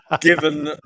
given